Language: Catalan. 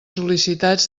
sol·licitats